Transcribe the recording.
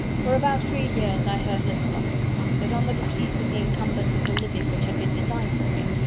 for about three years i heard little of him but on the decease of the incumbent of the living which had been designed for him,